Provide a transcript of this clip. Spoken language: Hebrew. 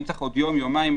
אם צריך עוד יום או יומיים,